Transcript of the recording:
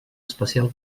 especial